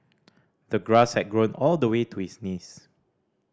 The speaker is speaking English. the grass had grown all the way to his knees